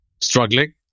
struggling